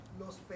los